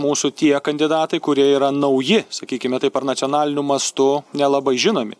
mūsų tie kandidatai kurie yra nauji sakykime taip ar nacionaliniu mastu nelabai žinomi